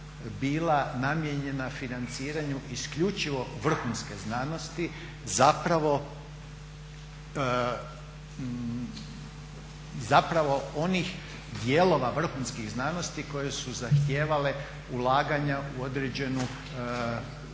bila namijenjena financiranju isključivo vrhunske znanosti, zapravo onih dijelova vrhunskih znanosti koje su zahtijevale ulaganja u određenu